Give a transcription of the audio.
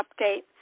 update